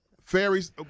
Fairies